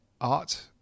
art